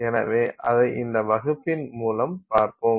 எனவே அதை இந்த வகுப்பின் மூலம் பார்ப்போம்